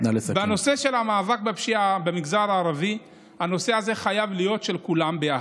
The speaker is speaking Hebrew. הנושא של המאבק בפשיעה במגזר הערבי חייב להיות של כולם ביחד.